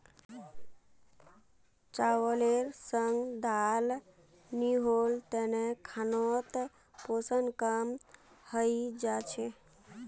चावलेर संग दाल नी होल तने खानोत पोषण कम हई जा छेक